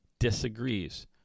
disagrees